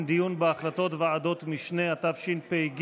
(תיקון, דיון בהחלטות ועדות משנה), התשפ"ג